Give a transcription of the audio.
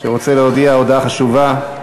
שרוצה להודיע הודעה חשובה,